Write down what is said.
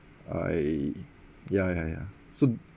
I ya ya ya so